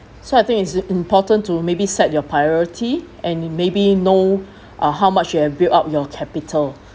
so I think it's important to maybe set your priority and maybe know uh how much you have built up your capital